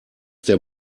der